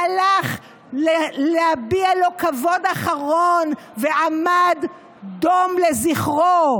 הלך להביע לו כבוד אחרון ועמד דום לזכרו.